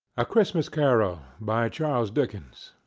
a christmas carol, by charles dickens